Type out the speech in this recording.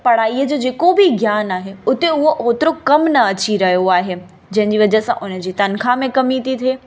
पढ़ाईअ जो जेको बि ज्ञान आहे उते उहो ओतिरो कम न अची रहियो आहे जंहिंजी वजह सां उन जी तनख़्वाह में कमी थी थिए